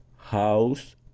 house